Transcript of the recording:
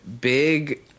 big